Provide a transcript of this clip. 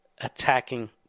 attacking